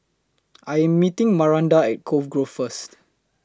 I Am meeting Maranda At Cove Grove First